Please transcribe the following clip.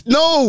no